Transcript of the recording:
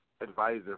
advisor